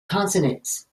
consonants